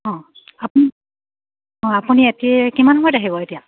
অঁ আপুনি অঁ আপুনি এতি কিমান সময়ত আহিব এতিয়া